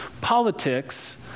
Politics